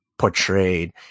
portrayed